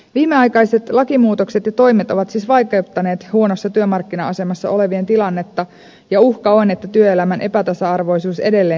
viimeaikaiset lakimuutokset ja toimet ovat siis vaikeuttaneet huonossa työmarkkina asemassa olevien tilannetta ja uhka on että työelämän epätasa arvoisuus edelleen syvenee